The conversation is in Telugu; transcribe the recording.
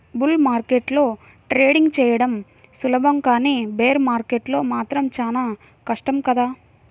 బుల్ మార్కెట్లో ట్రేడింగ్ చెయ్యడం సులభం కానీ బేర్ మార్కెట్లో మాత్రం చానా కష్టం కదా